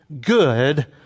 good